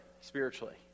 spiritually